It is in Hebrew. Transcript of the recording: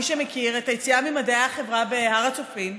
מי שמכיר את היציאה ממדעי החברה בהר הצופים,